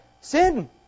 sin